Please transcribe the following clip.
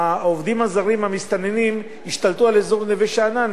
שהעובדים הזרים המסתננים השתלטו על אזור נווה-שאנן.